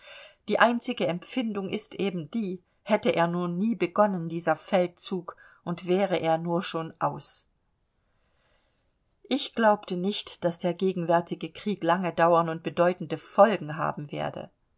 die einzige empfindung ist eben die hätte er nur nie begonnen dieser feldzug und wäre er nur schon aus ich glaubte nicht daß der gegenwärtige krieg lange dauern und bedeutende folgen haben werde